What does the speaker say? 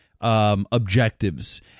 objectives